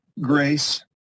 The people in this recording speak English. grace